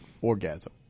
orgasm